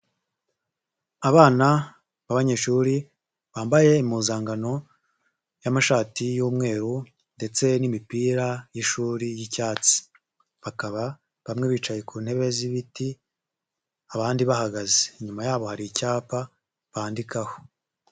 Abana b'abanyeshuri bambaye impuzankano y'amashati y'umweru ndetse n'imipira y'ishuri ry'icyatsi bakaba bamwe bicaye ku ntebe z'ibiti abandi bahagaze, inyuma yabo hari icyapa bandikaho.